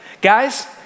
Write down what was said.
Guys